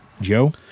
Joe